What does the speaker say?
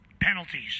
penalties